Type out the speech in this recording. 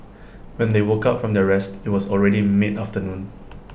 when they woke up from their rest IT was already mid afternoon